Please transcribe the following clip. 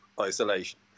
isolation